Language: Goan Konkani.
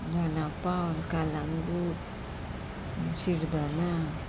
दोना पावल कालांगूट शिरदोना